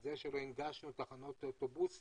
על כך שלא הנגשנו תחנות אוטובוסים,